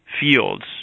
fields